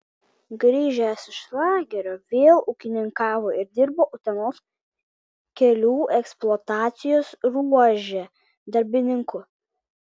grįžęs iš lagerio vėl ūkininkavo ir dirbo utenos kelių eksploatacijos ruože darbininku